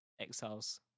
exiles